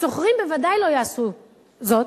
השוכרים בוודאי לא יעשו זאת.